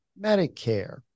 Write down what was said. Medicare